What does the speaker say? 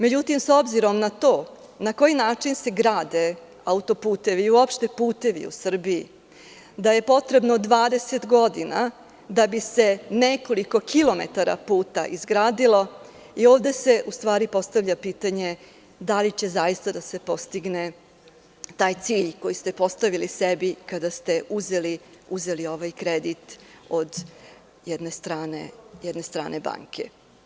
Međutim, s obzirom na koji način se grade autoputevi, uopšte putevi u Srbiji, da je potrebno 20 godina da bi se nekoliko kilometara puta izgradilo, ovde se u stvari postavlja pitanje – da li će zaista da se postigne taj cilj koji ste postavili sebi kada ste uzeli ovaj kredit od jedne strane banke?